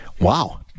Wow